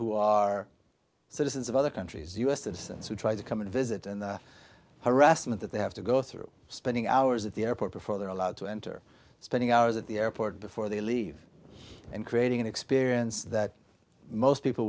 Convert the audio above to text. who are citizens of other countries u s citizens who try to come and visit and harassment that they have to go through spending hours at the airport before they're allowed to enter spending hours at the airport before they leave and creating an experience that most people